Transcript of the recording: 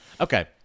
Okay